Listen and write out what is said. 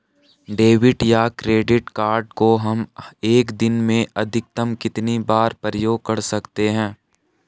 Debit या credit card को हम एक दिन में अधिकतम कितनी बार प्रयोग कर सकते हैं?